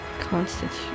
Constitution